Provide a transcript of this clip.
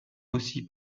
aussi